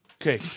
Okay